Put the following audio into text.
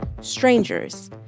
Strangers